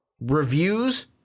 Reviews